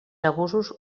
abusos